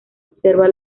observa